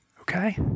okay